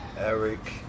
Eric